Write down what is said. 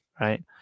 right